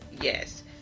yes